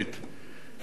איזה מאבק היה,